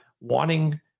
wanting